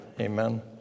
Amen